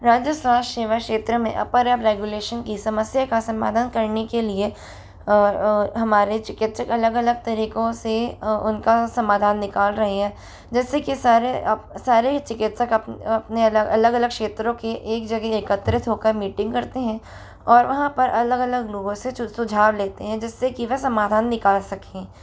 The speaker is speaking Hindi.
राजस्थान सेवा क्षेत्र में अप्पर अब रेगुलेशन की समस्या का समाधान करने के लिए हमारे चिकित्सक अलग अलग तरीकों से उनका समाधान निकाल रहे हैं जैसे कि सारे सारे ही चिकित्सक अपने अलग अलग क्षेत्रों के एक जगह एकत्रित होकर मीटिंग करते हैं और वहाँ पर अलग अलग लोगों से सुझाव लेते हैं जिससे कि वह समाधान निकाल सकें